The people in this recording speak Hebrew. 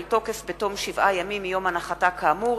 תוקף בתום שבעה ימים מיום הנחתה כאמור,